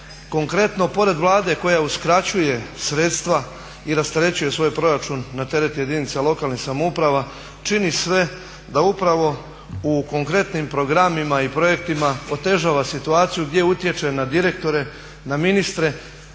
konkretno pored Vlade koja uskraćuje sredstva i rasterećuje svoj proračun na teret jedinica lokalnih samouprava čini sve da upravo u konkretnim programima i projektima otežava situaciju gdje utječe na direktore, na ministre.